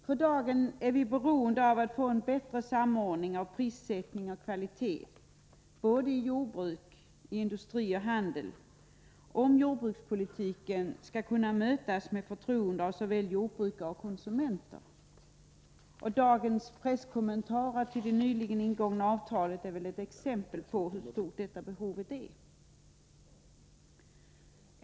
För dagen är vi beroende av att få en bättre samordning av prissättning och kvalitet såväl i jordbruk som i industri och i handel om jordbrukspolitiken skall kunna mötas med förtroende av både jordbrukare och konsumenter. Dagens presskommentarer till det nyligen ingångna avtalet är väl ett exempel på hur stort detta behov är.